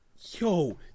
Yo